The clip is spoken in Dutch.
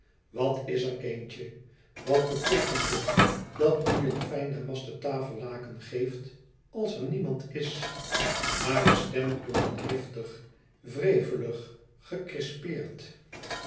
wat is er kindje wat beteekent het dat u een fijn damasten tafellaken geeft als er niemand is hare stem klonk driftig wrevelig gecrispeerd